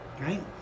right